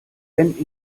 wenn